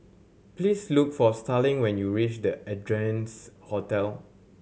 please look for Starling when you reach The Ardennes Hotel